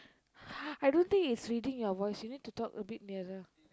I don't think it's reading your voice you need to talk a bit nearer